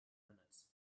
minutes